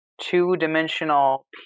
two-dimensional